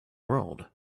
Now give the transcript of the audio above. world